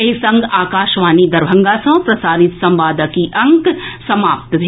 एहि संग आकाशवाणी दरभंगा सँ प्रसारित संवादक ई अंक समाप्त भेल